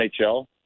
NHL